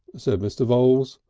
said mr. voules.